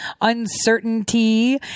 uncertainty